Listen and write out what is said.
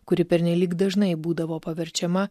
kuri pernelyg dažnai būdavo paverčiama